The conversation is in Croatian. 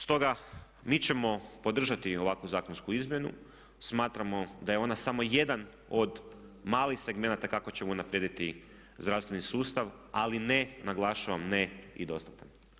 Stoga mi ćemo podržati ovakvu zakonsku izmjenu, smatramo da je ona samo jedan od malih segmenata kako ćemo unaprijediti zdravstveni sustav ali ne, naglašavam ne, i dostatan.